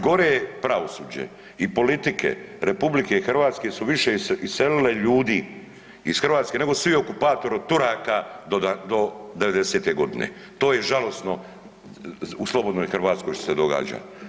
Gore pravosuđe i politike RH su više iselile ljudi iz Hrvatske nego svi okupatori od Turaka do '90.g. To je žalosno u slobodnoj Hrvatskoj što se događa.